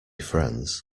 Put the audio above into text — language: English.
friends